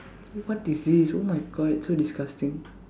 what is this oh my God it's so disgusting